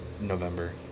November